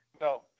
no